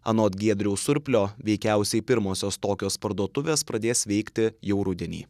anot giedriaus surplio veikiausiai pirmosios tokios parduotuvės pradės veikti jau rudenį